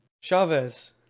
Chavez